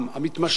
המתמשך,